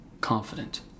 confident